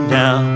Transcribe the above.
now